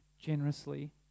generously